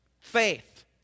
faith